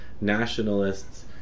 nationalists